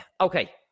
okay